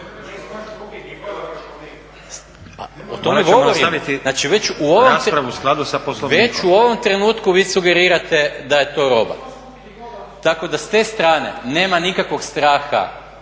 sa Poslovnikom./… Već u ovom trenutku vi sugerirate da je to roba, tako da s te strane nema nikakvog straha